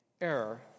error